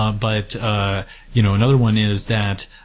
um but ah you know another one is that,